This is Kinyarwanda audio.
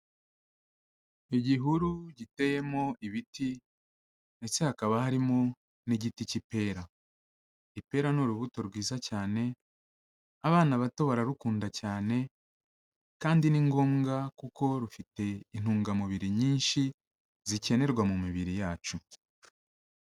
Igihuru giteyemo ibiti ndetse hakaba harimo n'igiti cy'ipera. Ipera ni urubuto rwiza cyane, abana bato bararukunda cyane, kandi ni ngombwa kuko rufite intungamubiri nyinshi zikenerwa mu mibiri yacu.